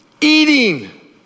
eating